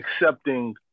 accepting